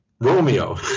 Romeo